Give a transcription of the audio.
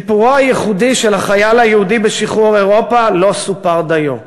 סיפורו הייחודי של החייל היהודי בשחרור אירופה לא סופר דיו.